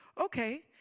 okay